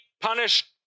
punished